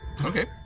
Okay